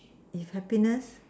is happiness